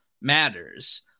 matters